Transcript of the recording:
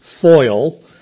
foil